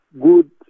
good